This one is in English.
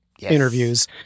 interviews